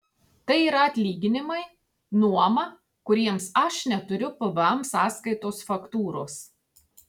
tai yra atlyginimai nuoma kuriems aš neturiu pvm sąskaitos faktūros